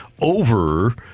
over